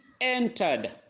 entered